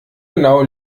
genau